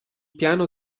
piano